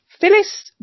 Phyllis